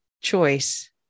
choice